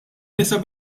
nisa